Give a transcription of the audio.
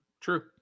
True